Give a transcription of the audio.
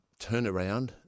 turnaround